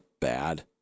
bad